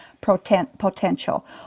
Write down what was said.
potential